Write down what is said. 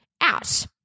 out